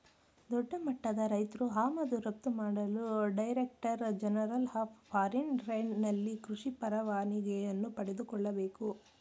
ದೊಡ್ಡಮಟ್ಟದ ರೈತ್ರು ಆಮದು ರಫ್ತು ಮಾಡಲು director general of foreign trade ನಲ್ಲಿ ಕೃಷಿ ಪರವಾನಿಗೆಯನ್ನು ಪಡೆದುಕೊಳ್ಳಬೇಕು